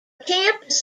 campus